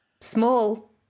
Small